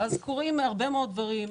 קורים הרבה מאוד דברים.